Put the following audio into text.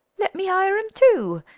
let me hire him too.